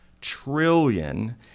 trillion